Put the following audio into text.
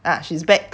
ah she's back